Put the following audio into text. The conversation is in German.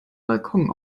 balkon